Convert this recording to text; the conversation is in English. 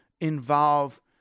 involve